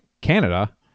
Canada